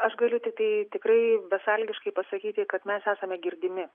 aš galiu tiktai tikrai besąlygiškai pasakyti kad mes esame girdimi